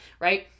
right